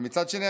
-- ומצד שני,